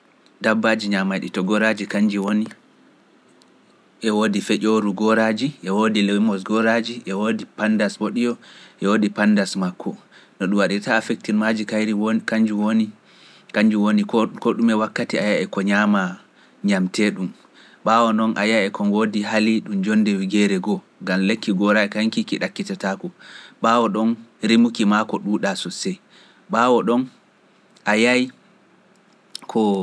Dabbaji ñamaiɗi to goraji kanji ngoni feƴooru goraji, e woodi lewimoos goraji e woodi pandas, e woodi pandas makko. no ɗum waɗirta affectinmaji woni kanji woni ko ɗume wakkati a yiya e ko ñama ñamteeɗum, ɓaawo ɗon a yiya e kon woodi haali ɗum jonde wigeere go gaam lekki gorai hanki ki ɗakkitatako. ɓaawo ɗon rimuki ma ko ɗuuɗa sosai.